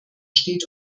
steht